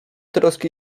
troski